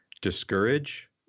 discourage